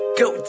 go